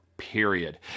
period